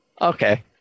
okay